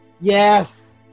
yes